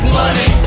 money